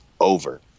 over